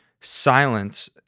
silence